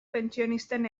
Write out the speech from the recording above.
pentsionisten